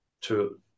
To-